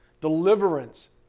Deliverance